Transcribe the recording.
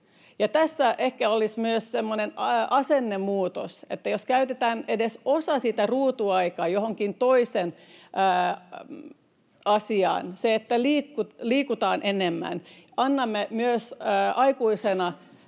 Tässä ehkä olisi myös semmoinen asennemuutos, että käytettäisiin edes osa sitä ruutuaikaa johonkin toiseen asiaan, siihen, että liikutaan enemmän. Meidän aikuisten